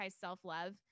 self-love